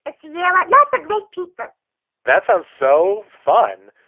ah so yeah, like that's a great people that sounds so fun.